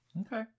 Okay